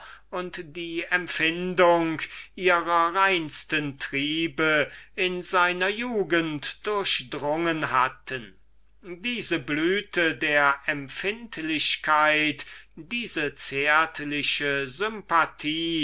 und die empfindung ihrer reinsten triebe in seiner jugend durchdrungen hatte dieses gefühl diese blüte der empfindlichkeit diese zärtliche sympathie